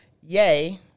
Yay